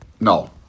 No